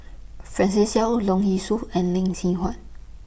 Francis Seow Leong Yee Soo and Lee Seng Huat